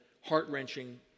heart-wrenching